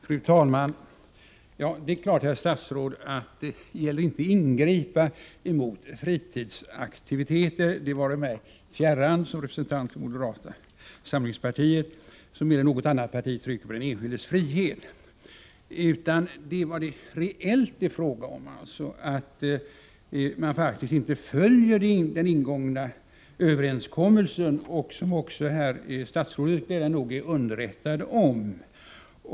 Fru talman! Det är klart, herr statsråd, att det inte gäller att ingripa mot fritidsaktiviteter — det vare mig fjärran, som representant för moderata samlingspartiet, som mer än något annat parti trycker på den enskildes frihet. Men reellt handlar det faktiskt om att man inte följer den ingångna överenskommelsen, som statsrådet också är underrättad om.